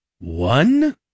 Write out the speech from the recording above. One